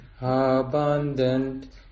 abundant